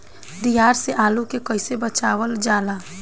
दियार से आलू के कइसे बचावल जाला?